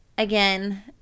Again